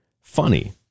Funny